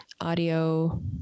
audio